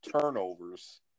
turnovers